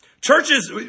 Churches